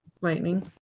lightning